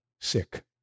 sick